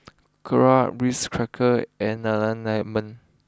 Knorr Ritz Crackers and Nana Lemon